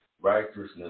Righteousness